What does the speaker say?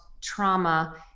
trauma